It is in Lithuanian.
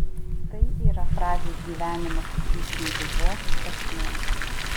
tai yra frazės gyvenimas vyšnių dubuo prasmė